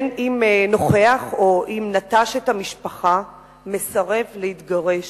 בין אם נוכח בין אם נטש את המשפחה, מסרב להתגרש.